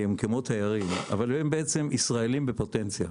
הם כמו תיירים אבל הם ישראליים בפוטנציה.